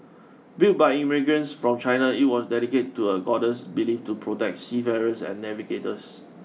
built by immigrants from China it was dedicated to a goddess believed to protect seafarers and navigators